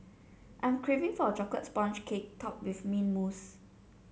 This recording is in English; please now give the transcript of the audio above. I am craving for a chocolate sponge cake topped with mint mousse